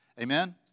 amen